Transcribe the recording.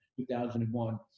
2001